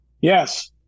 Yes